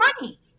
money